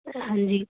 ਹਾਂਜੀ